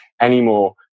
anymore